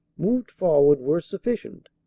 moved forward were sufficient,